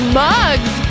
mugs